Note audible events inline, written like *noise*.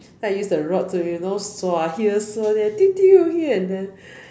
then I use the rod to you know *noise* here *noise* there *noise* here and there